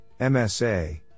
MSA